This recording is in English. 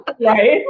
Right